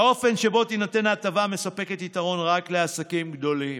האופן שבו תינתן ההטבה מספק יתרון רק לעסקים גדולים.